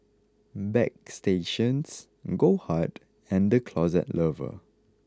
Bagstationz Goldheart and The Closet Lover